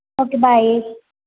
okay bye